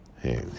Hey